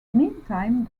meantime